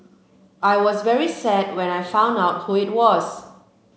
I was very sad when I found out who it was